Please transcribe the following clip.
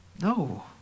No